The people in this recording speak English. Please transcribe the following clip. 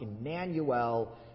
Emmanuel